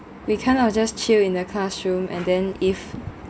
we kind of just chill in the classroom and then if